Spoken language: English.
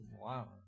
Wow